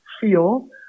feel